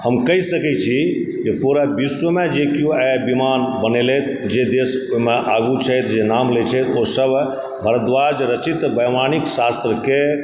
हम कहि सकै छी जे पूरा विश्वमे जे केओ आइ विमान बनेलथि जे देशमे आगू छथि जे नाम लै छथि ओ सभक भारद्वाज रचित वैमानिक शास्त्रके